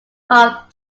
carved